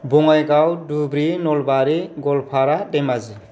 Bongaigaon Dhubri Nalbari Goalpara Dhemaji